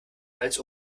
als